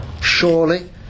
surely